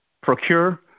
procure